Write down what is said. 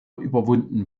überwunden